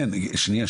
כן, שניה.